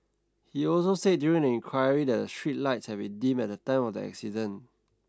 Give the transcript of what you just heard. he also said during the inquiry that the street lights had been dim at the time of the accident